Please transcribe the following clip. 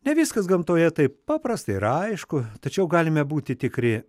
ne viskas gamtoje taip paprasta ir aišku tačiau galime būti tikri